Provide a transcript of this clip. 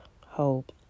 hope